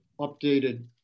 updated